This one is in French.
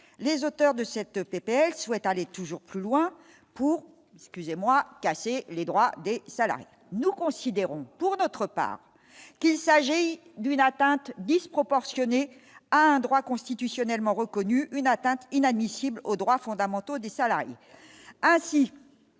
les auteurs de cette PPL souhaite aller toujours plus loin pour excusez-moi, casser les droits des salariés, nous considérons pour notre part, qu'il s'agit d'une atteinte disproportionnée un droit constitutionnellement reconnu une atteinte inadmissible aux droits fondamentaux des salariés ainsi